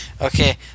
Okay